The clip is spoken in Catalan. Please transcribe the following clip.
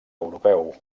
europeu